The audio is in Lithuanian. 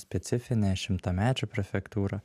specifinę šimtamečių prefektūrą